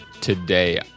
today